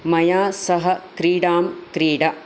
मया सह क्रीडां क्रीड